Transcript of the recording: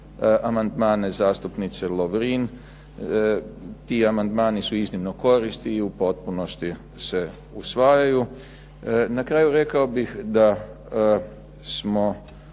amandmane zastupnice Lovrin. Ti amandmani su iznimno korisni i u potpunosti se usvajaju. Na kraju rekao bih da smo